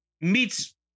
meets